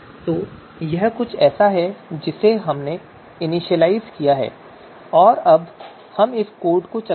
तो यह कुछ ऐसा है जिसे हमने इनिशियलाइज़ किया है और अब हम इस कोड को चलाते हैं